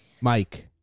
Mike